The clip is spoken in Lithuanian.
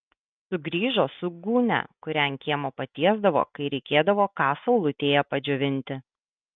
sugrįžo su gūnia kurią ant kiemo patiesdavo kai reikėdavo ką saulutėje padžiovinti